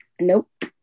Nope